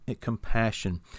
compassion